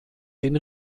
den